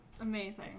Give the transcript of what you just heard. Amazing